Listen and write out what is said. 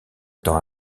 temps